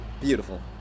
beautiful